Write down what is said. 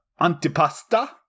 antipasta